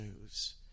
news